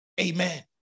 Amen